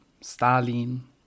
Stalin